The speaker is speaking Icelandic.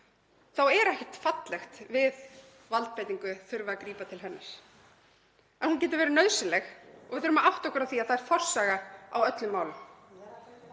þá er ekkert fallegt við valdbeitingu, þurfi að grípa til hennar. En hún getur verið nauðsynleg og við þurfum að átta okkur á því að það er forsaga í öllum málum.